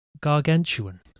gargantuan